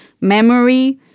memory